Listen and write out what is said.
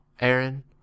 Aaron